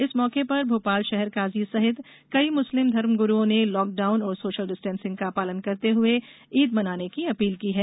इस मौके पर भोपाल शहर काजी सहित कई मुस्लिम धर्म ग्रूओं ने लॉकडाउन और सोशल डिस्टेंसिंग का पालन करते हुए ईद मनाने की अपील की है